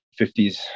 50s